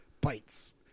bites